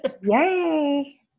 yay